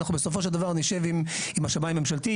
אנחנו בסופו של דבר נשב עם השמאי הממשלתי,